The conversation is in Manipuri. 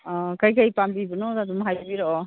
ꯀꯔꯤ ꯀꯔꯤ ꯄꯥꯝꯕꯤꯕꯅꯣꯗꯣ ꯑꯗꯨꯝ ꯍꯥꯏꯕꯤꯔꯛꯑꯣ